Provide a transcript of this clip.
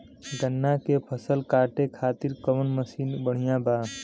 गन्ना के फसल कांटे खाती कवन मसीन बढ़ियां बा?